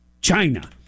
China